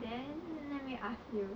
then let me ask you